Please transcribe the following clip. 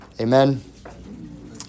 Amen